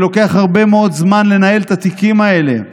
שלוקח הרבה מאוד זמן לנהל את התיקים האלה,